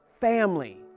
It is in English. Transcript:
family